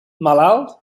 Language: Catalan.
malalts